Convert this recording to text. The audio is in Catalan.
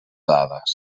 dades